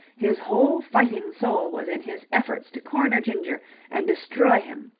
his whole fighting soul was in his efforts to corner ginger and destroy him.